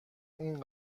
این